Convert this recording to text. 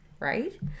right